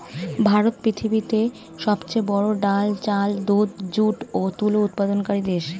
ভারত পৃথিবীতে সবচেয়ে বড়ো ডাল, চাল, দুধ, যুট ও তুলো উৎপাদনকারী দেশ